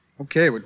Okay